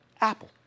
Apple